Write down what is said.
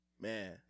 Man